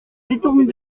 détourne